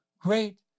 great